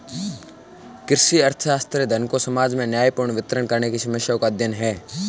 कृषि अर्थशास्त्र, धन को समाज में न्यायपूर्ण वितरण करने की समस्याओं का अध्ययन है